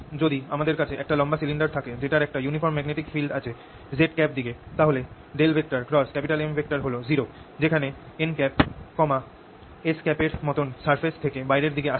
যদি আমাদের কাছে একটা লম্বা সিলিন্ডার থাকে যেটার একটা ইউনিফর্ম ম্যাগনেটিক ফিল্ড আছে z দিকে তাহলে M হল 0 যেখানে n S এর মতন সারফেস থেকে বাইরের দিকে আসছে